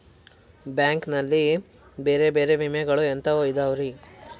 Bank ನಲ್ಲಿ ಬೇರೆ ಬೇರೆ ವಿಮೆಗಳು ಎಂತವ್ ಇದವ್ರಿ?